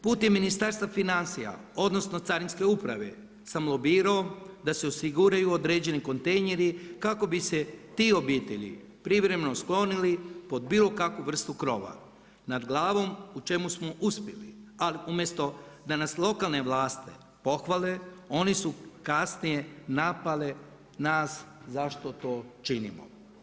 Putem Ministarstva financija odnosno Carinske uprave sam lobirao da se osiguraju određeni kontejneri kako bi se te obitelji privremeno sklonile pod bilo kakvu vrstu krova nad glavom u čemu smo uspjeli ali umjesto da nas lokalne vlasti pohvale oni su kasnije napale nas zašto to činimo.